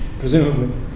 Presumably